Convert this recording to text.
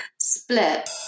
split